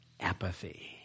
apathy